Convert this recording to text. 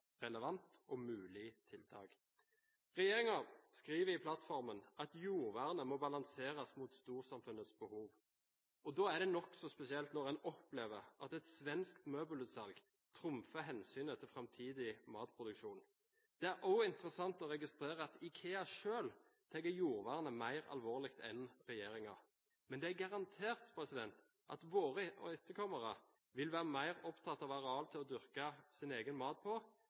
og mulig tiltak. Regjeringen skriver i plattformen at jordvern må balanseres mot storsamfunnets behov. Da er det nokså spesielt når en opplever at et svensk møbelutsalg trumfer hensynet til framtidig matproduksjon. Det er også interessant å registrere at IKEA selv tar jordvernet mer alvorlig enn regjeringen. Men det er garantert at våre etterkommere vil være mer opptatt av areal til å dyrke sin egen mat på